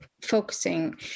focusing